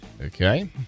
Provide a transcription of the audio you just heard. Okay